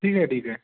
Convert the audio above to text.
ठीक आहे ठीक आहे